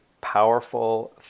powerful